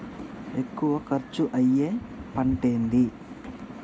ఎక్కువ ఖర్చు అయ్యే పంటేది?